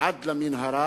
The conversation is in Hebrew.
עד למנהרה,